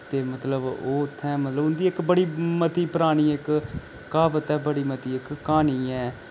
ते मतलब ओह् उत्थैं मतलब उंदी इक बड़ी मती परानी इक क्हावत ऐ बड़ी मती इक क्हानी ऐ